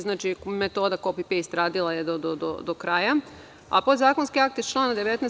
Znači, metoda kopi-pejst radila je do kraja, a podzakonski akti iz člana 19.